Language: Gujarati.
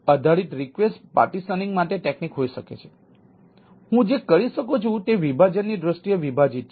તેથી હું જે કરી શકું છું તે વિભાજનની દૃષ્ટિએ વિભાજિત છે